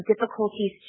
difficulties